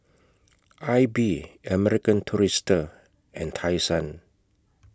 AIBI American Tourister and Tai Sun